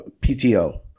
PTO